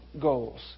goals